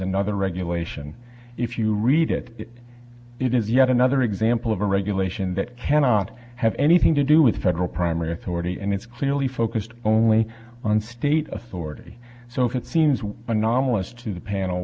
another regulation if you read it it is yet another example of a regulation that cannot have anything to do with federal primary authority and it's clearly focused only on state authority so it seems anomalous to the panel